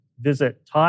visit